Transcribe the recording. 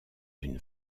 une